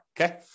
okay